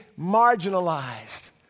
marginalized